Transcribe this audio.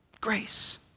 Grace